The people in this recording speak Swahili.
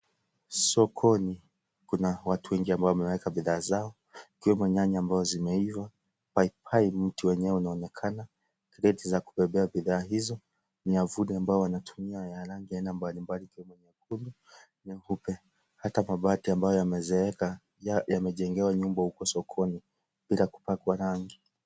Sokoni kuna watu wengi ambao wameweka bidhaa zao ikiwemo nyanya ambazo zimeiva, paipai mti wenyewe unaonekana kreti za kubebea bidhaa hizo, nyavuli ambazo wanatumia ya rangi ya aina mbali mbali ikiwemo nyekundu, nyeupe ata mabati ambayo yamezeeka yamejengewa nyumba uko sokoni bila kupakwa rangi.